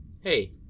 Hey